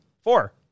four